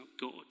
God